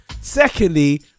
secondly